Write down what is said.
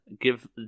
give